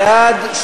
בעד,